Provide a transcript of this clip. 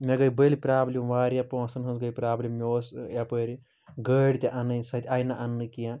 مےٚ گٔے بٔلۍ پرٛابلِم واریاہ پۅنٛسَن ہٕنٛز گٔے پرٛابلِم مےٚ اوس یَپٲرۍ گٲڑۍ تہِ اَنٕنۍ سۄ تہِ آیہِ نہٕ اَننہٕ کیٚنٛہہ